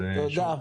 תודה.